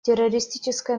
террористическое